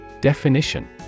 Definition